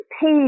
page